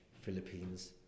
Philippines